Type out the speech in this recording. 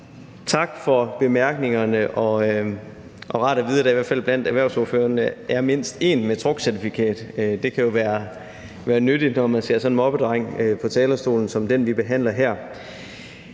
Tak for bemærkningerne. Det er rart at vide, at der blandt erhvervsordførerne i hvert fald er mindst en med truckcertifikat. Det kan jo være nyttigt, når vi har sådan en moppedreng som den, vi behandler her,